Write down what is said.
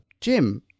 Jim